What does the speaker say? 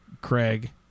Craig